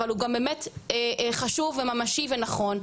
אבל הוא גם באמת חשוב וממשי וגדול.